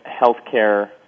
healthcare